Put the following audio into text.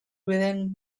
within